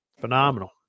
phenomenal